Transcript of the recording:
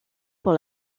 pour